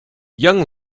young